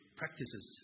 practices